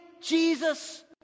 Jesus